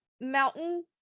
mountain